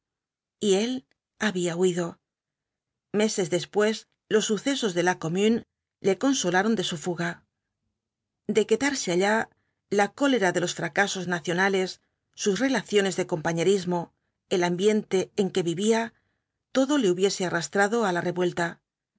y él había huido meses después los sucesos de la commune le consolaron de su fuga de quedarse allá la cólera por los fracasos nacionales sus los cuatro jinbjtibs dkl apocaíipsls i'l relaciones de compañerismo el ambiente en qae vivía todo le hubiese arrastrado á la revuelta